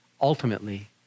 ultimately